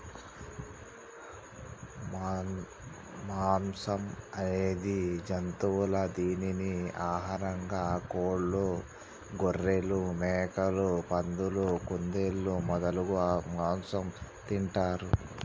మాంసం అనేది జంతువుల దీనిని ఆహారంగా కోళ్లు, గొఱ్ఱెలు, మేకలు, పందులు, కుందేళ్లు మొదలగు మాంసం తింటారు